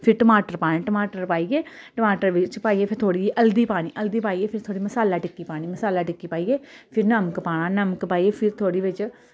फिर टमाटर पाने टमाटर पाइयै टमाटर बिच पाइयै फिर थोह्ड़ी हल्दी पानी हल्दी पाइयै फिर थोह्ड़ी मसाला टिक्की पानी मसाला टिक्की पाइयै फिर नमक पाना नमक पाइयै फिर थोह्ड़ी बिच